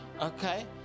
okay